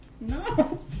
No